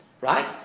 Right